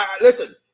listen